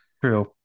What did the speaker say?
True